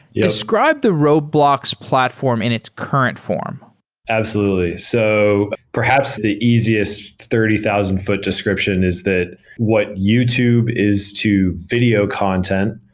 yeah describe the roblox platform in its current form absolutely. so perhaps the easiest thirty thousand foot description is that what youtube is to video content,